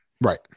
Right